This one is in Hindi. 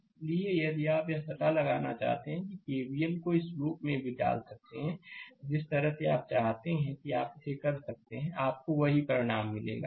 इसलिए यदि आप यह पता लगाना चाहते हैं तो केवीएल को इस लूप में भी डाल सकते हैं जिस तरह से आप चाहते हैं कि आप इसे कर सकते हैं आपको वही परिणाम मिलेगा